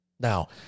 Now